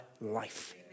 life